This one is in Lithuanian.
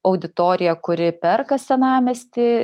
auditoriją kuri perka senamiesty